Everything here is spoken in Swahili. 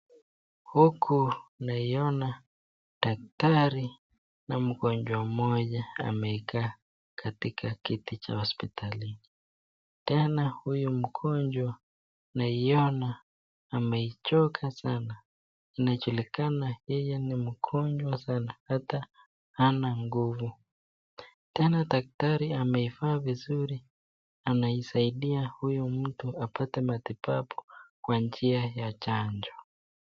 Huku naiona, daktari, na mgonjwa mmoja amekaa, katika kiti cha hospitalini, tena huyu mgonjwa, naiona, amechoka sana, inachulikana yeye ni mgonjwa sana hata, hana nguvu, tena daktari amevaa vizuri, anaisaidia huyu mtu apate matipapu, kwa njia, ya chanjo.